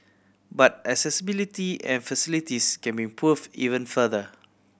but accessibility and facilities can be improve even further